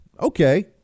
Okay